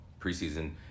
preseason